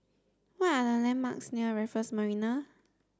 what are the landmarks near Raffles Marina